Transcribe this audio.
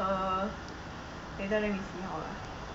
err later then we see how lah